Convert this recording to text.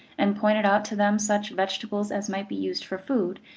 and pointed out to them such vegetables as might be used for food,